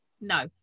No